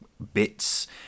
bits